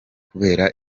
kubera